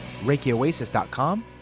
ReikiOasis.com